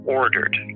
ordered